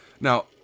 now